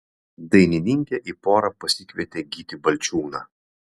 dainininkė į porą pasikvietė gytį balčiūną